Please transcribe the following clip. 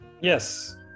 Yes